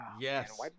Yes